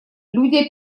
люди